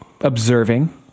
observing